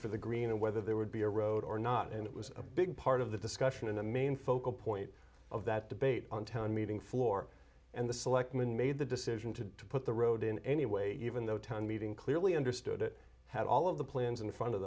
for the green and whether there would be a road or not and it was a big part of the discussion in the main focal point of that debate on town meeting floor and the selectmen made the decision to put the road in anyway even though town meeting clearly understood it had all of the plans in front of